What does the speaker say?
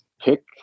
pick